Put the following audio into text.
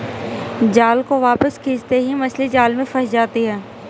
जाल को वापस खींचते ही मछली जाल में फंस जाती है